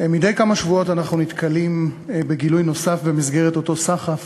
מדי כמה שבועות אנחנו נתקלים בגילוי נוסף במסגרת אותו סחף